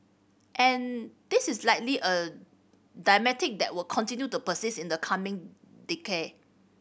and this is likely a that will continue to persist in the coming decade